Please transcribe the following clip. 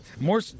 more